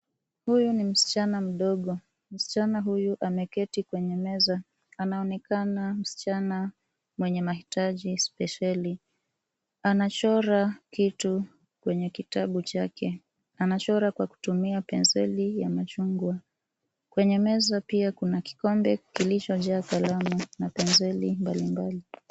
Huyu ni msichana mdogo. Msichana huyu ameketi kwenye meza. Anaonekana msichana mwenye mahitaji spesheli. Anachora kitu kwenye kitabu chake. Anachora kwa kutumia penseli ya machungwa. Kwenye meza pia kuna kikombe kilichojaa kalamu na penseli mbalimbali.